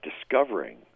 discovering